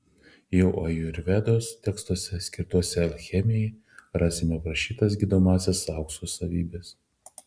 jau ajurvedos tekstuose skirtuose alchemijai rasime aprašytas gydomąsias aukso savybes